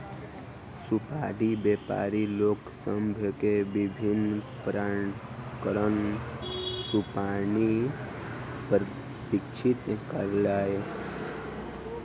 सुपाड़ी व्यापारी लोक सभ के विभिन्न प्रकारक सुपाड़ी प्रदर्शित कयलक